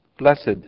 Blessed